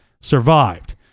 survived